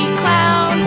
clown